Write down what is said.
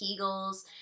Kegels